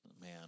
Man